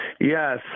Yes